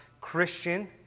Christian